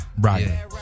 Right